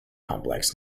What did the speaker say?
complex